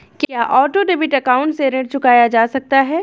क्या auto debit account से ऋण चुकाया जा सकता है?